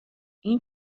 این